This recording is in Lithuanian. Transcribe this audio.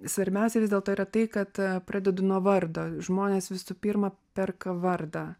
svarbiausia vis dėlto yra tai kad pradedu nuo vardo žmonės visų pirma perka vardą